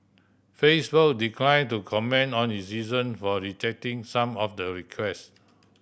facebook declined to comment on its reason for rejecting some of the request